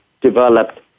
developed